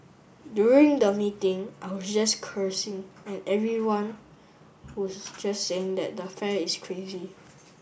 during the meeting I was just cursing and everyone was just saying that the fare is crazy